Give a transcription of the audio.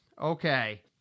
Okay